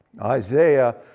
Isaiah